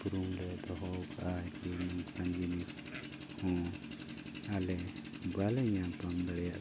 ᱩᱯᱨᱩᱢ ᱞᱮ ᱫᱚᱦᱚ ᱠᱟᱜᱼᱟ ᱡᱮ ᱱᱚᱝᱠᱟᱱ ᱡᱤᱱᱤᱥ ᱦᱚᱸ ᱟᱞᱮ ᱵᱟᱞᱮ ᱧᱟᱯᱟᱢ ᱫᱟᱲᱮᱭᱟᱜ